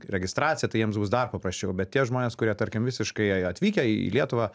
registraciją tai jiems bus dar paprasčiau bet tie žmonės kurie tarkim visiškai atvykę į lietuvą